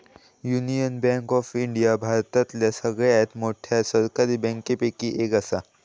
union bank of India भारतातल्या सगळ्यात मोठ्या सरकारी बँकांपैकी एक असा